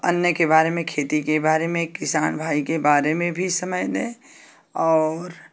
अन्न के बारे में खेती के बारे में किसान भाई के बारे में भी समझ लें और